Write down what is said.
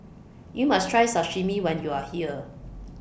YOU must Try Sashimi when YOU Are here